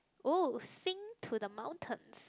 oh sing to the mountains